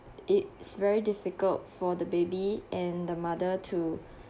it's very difficult for the baby and the mother too